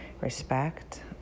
respect